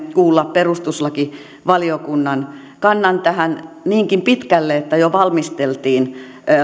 kuulla perustuslakivaliokunnan kannan tähän niinkin pitkälle että jo valmisteltiin